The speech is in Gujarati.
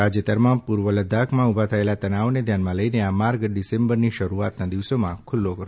તાજેતરમાં પૂર્વ લદ્દાખમાં ઊભા થયેલાં તનાવને ધ્યાનમાં લઈને આ માર્ગ ડિસેમ્બરની શરૂઆતના દિવસોમાં ખૂલ્લો રખાયો હતો